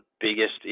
biggest